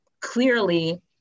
clearly